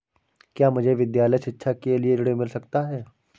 क्या मुझे विद्यालय शिक्षा के लिए ऋण मिल सकता है?